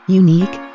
unique